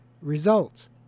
results